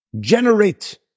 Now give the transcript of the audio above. generate